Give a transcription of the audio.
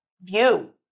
view